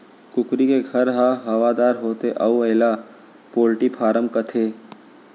कुकरी के घर ह हवादार होथे अउ एला पोल्टी फारम कथें